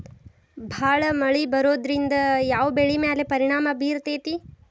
ಭಾಳ ಮಳಿ ಬರೋದ್ರಿಂದ ಯಾವ್ ಬೆಳಿ ಮ್ಯಾಲ್ ಪರಿಣಾಮ ಬಿರತೇತಿ?